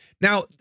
Now